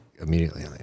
immediately